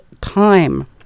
time